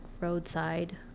roadside